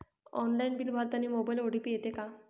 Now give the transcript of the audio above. Online bill भरतानी मोबाईलवर OTP येते का?